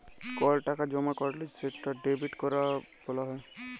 call টাকা জমা ক্যরলে সেটা ডেবিট ক্যরা ব্যলা হ্যয়